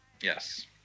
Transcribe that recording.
Yes